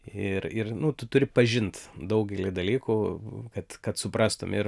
ir ir nu tu turi pažint daugelį dalykų kad kad suprastum ir